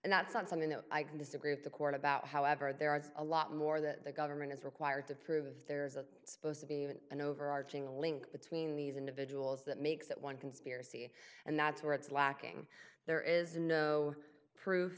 and that's not something that i can disagree with the court about however there are a lot more that the government is required to prove there is a supposed to be an overarching a link between these individuals that makes that one conspiracy and that's where it's lacking there is no proof